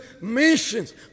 missions